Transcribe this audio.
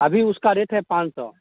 अभी उसका रेट है पाँच सौ